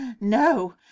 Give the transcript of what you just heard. no